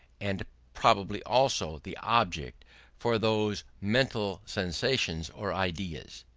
and probably also the object for those mental sensations or ideas.